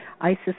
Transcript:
Isis